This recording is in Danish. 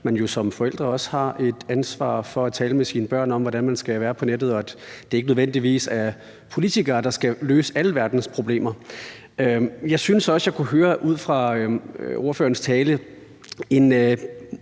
også har et ansvar for at tale med sine børn om, hvordan man skal være på nettet, og at det ikke nødvendigvis er politikere, der skal løse alle verdens problemer. Jeg synes også, jeg ud fra ordførerens tale